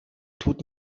tut